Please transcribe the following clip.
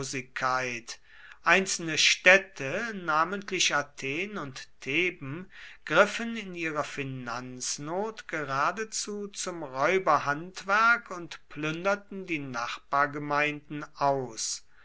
einzelne städte namentlich athen und theben griffen in ihrer finanznot geradezu zum räuberhandwerk und plünderten die nachbargemeinden aus